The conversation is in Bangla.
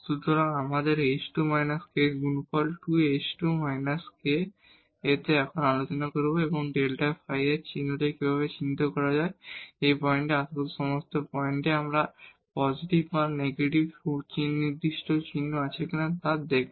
সুতরাং আমাদের h2 − k এর গুণফল 2 h2 − k এ এখন আমরা আলোচনা করব এই ডেল্টা ফাইয়ের চিহ্নটি কীভাবে চিহ্নিত করা যায় এই পয়েন্টের আশেপাশের সমস্ত পয়েন্টে আমাদের পজিটিভ বা নেগেটিভ সুনির্দিষ্ট চিহ্ন আছে কি না দেখবো